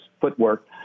footwork